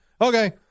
Okay